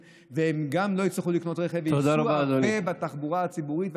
והם גם לא יצטרכו לקנות רכב אלא ייסעו הרבה בתחבורה הציבורית,